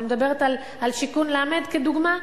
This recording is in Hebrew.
אני מדברת על שיכון ל' כדוגמה,